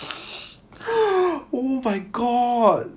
oh my god